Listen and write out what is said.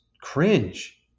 cringe